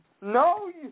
No